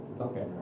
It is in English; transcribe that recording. Okay